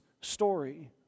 story